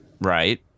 right